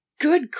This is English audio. Good